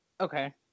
Okay